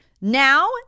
Now